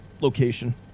location